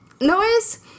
noise